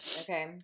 okay